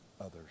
others